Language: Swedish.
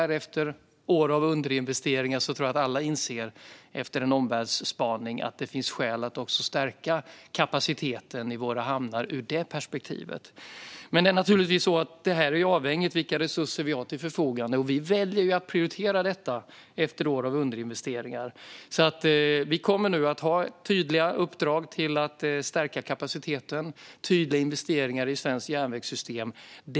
Efter år av underinvesteringar och efter en omvärldsspaning tror jag att alla inser att det finns skäl att stärka kapaciteten i våra hamnar också ur det perspektivet. Det är naturligtvis så att det här är avhängigt vilka resurser vi har till vårt förfogande. Vi väljer att prioritera detta efter år av underinvesteringar, och vi kommer nu att ha tydliga uppdrag och tydliga investeringar i svenskt järnvägssystem för att stärka kapaciteten.